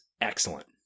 excellent